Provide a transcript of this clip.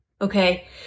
Okay